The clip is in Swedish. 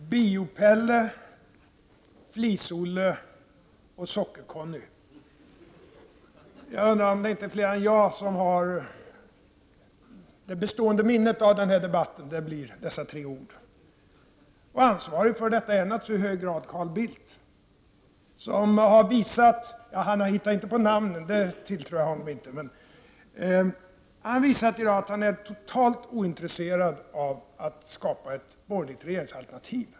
Fru talman! Biopelle, Flisolle och Socker-Conny — jag undrar om det inte är för fler än mig som det bestående minnet av denna debatt blir just dessa tre ord. Ansvaret för detta har naturligtvis Carl Bildt. Han har inte hittat på namnen, det tilltror jag honom inte. Men Carl Bildt visar att han är totalt ointresserad av att skapa ett borgerligt regeringsalternativ.